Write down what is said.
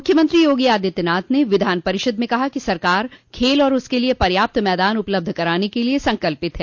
मुख्यमंत्री योगी आदित्यनाथ ने विधान परिषद में कहा कि सरकार खेल और उसके लिये पर्याप्त मैदान उपलब्ध कराने के लिये संकल्पित है